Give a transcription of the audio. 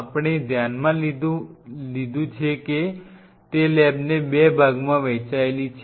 આપણે ધ્યાનમાં લીધું છે કે તે લેબને 2 ભાગોમાં વહેંચાયેલી છે